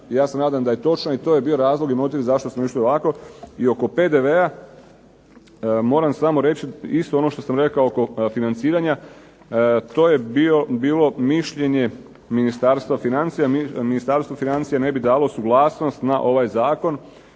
ja se nadam da je točna i to je bio razlog i motiv zašto smo išli ovako. I oko PDV-a, moram reći isto ono što sam rekao oko financiranja, to je bilo mišljenje Ministarstva financija, Ministarstvo financija ne bi dalo suglasnost na ovaj Zakon